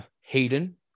hayden